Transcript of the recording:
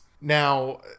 Now